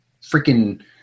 freaking